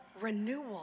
renewal